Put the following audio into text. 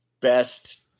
best